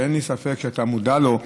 שאין לי ספק שאתה מודע לו,